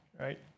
right